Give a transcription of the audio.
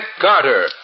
Carter